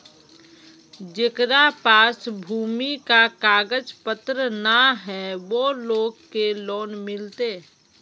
जेकरा पास भूमि का कागज पत्र न है वो लोग के लोन मिलते?